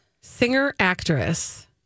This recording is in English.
Singer-actress